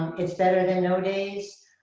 it's better than no days.